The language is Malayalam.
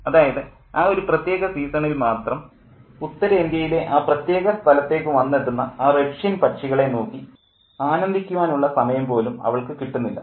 അതായത് ആ ഒരു പ്രത്യേക സീസണിൽ മാത്രം ഉത്തരേന്ത്യയിലെ ആ പ്രത്യേക സ്ഥലത്തേക്ക് വന്നെത്തുന്ന ആ റഷ്യൻ പക്ഷികളെ നോക്കി ആനന്ദിക്കുവാനുള്ള സമയം പോലും അവൾക്ക് കിട്ടുന്നില്ല